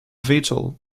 vital